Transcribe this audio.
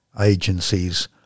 agencies